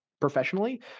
professionally